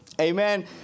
Amen